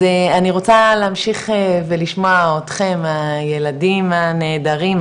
אז אני רוצה להמשיך ולשמוע אתכם הילדים הנהדרים,